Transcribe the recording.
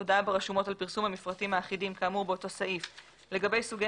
הודעה ברשומות על פרסום המפרטים האחידים כאמור באותו סעיף לגבי סוגי